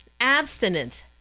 abstinence